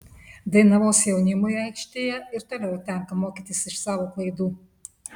dainavos jaunimui aikštėje ir toliau tenka mokytis iš savo klaidų